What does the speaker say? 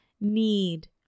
need